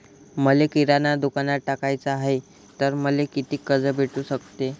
मले किराणा दुकानात टाकाचे हाय तर मले कितीक कर्ज भेटू सकते?